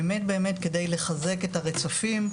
באמת באמת כדי לחזק את הרצפים,